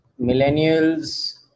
millennials